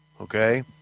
Okay